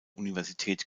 universität